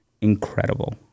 Incredible